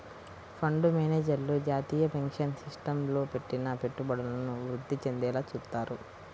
fund మేనేజర్లు జాతీయ pension సిస్టమ్లో పెట్టిన పెట్టుబడులను వృద్ధి చెందేలా చూత్తారు